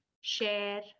share